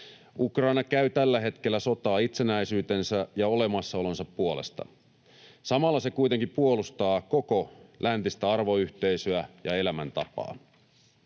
Ukraina käy tällä hetkellä sotaa itsenäisyytensä ja olemassaolonsa puolesta. Samalla se kuitenkin puolustaa koko läntistä arvoyhteisöä ja elämäntapaa.